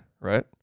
right